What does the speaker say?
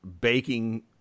baking